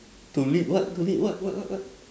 to lead what to lead what what what what